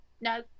No